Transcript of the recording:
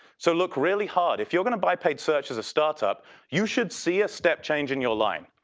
so look really hard. if you're going to buy page search as a startup you should see a step change in your line.